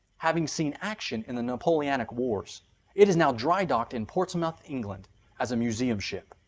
having seen action in the napoleonic wars it is nowdry-docked in portsmouth, england as a museum ship.